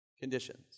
conditions